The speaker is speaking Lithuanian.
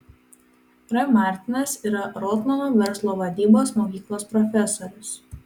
r martinas yra rotmano verslo vadybos mokyklos profesorius